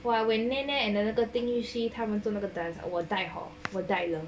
!wah! when neh neh and the ding liu xi do 那个 dance 我 die hor 我 die 了